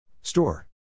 Store